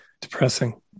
Depressing